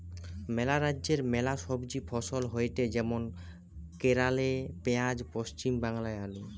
ম্যালা রাজ্যে ম্যালা সবজি ফসল হয়টে যেমন কেরালে পেঁয়াজ, পশ্চিম বাংলায় আলু